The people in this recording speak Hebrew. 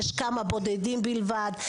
יש כמה בודדים בלבד,